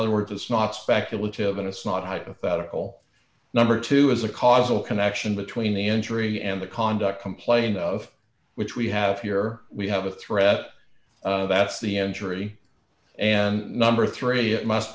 other words it's not speculative and it's not hypothetical number two is a causal connection between the injury and the conduct complained of which we have here we have a threat that's the entry and number three it must